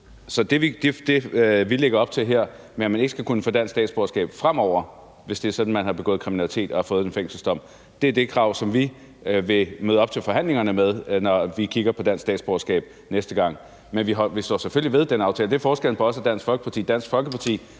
Så det, vi lægger op til her, med at man ikke skal kunne få dansk statsborgerskab fremover, hvis det er sådan, at man har begået kriminalitet og har fået en fængselsdom, er, at det vil være det krav, som vi vil møde op til forhandlingerne med, når vi kigger på dansk statsborgerskab næste gang. Men vi står selvfølgelig ved den aftale. Det er forskellen på os og Dansk Folkeparti: